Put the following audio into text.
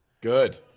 Good